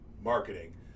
marketing